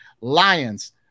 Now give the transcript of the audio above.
Lions